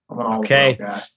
okay